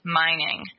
mining